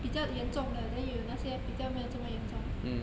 比较严重的 then 有那些比较没有这么严重的